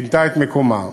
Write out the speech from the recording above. פינתה את מקומה?